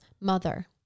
mother